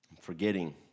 forgetting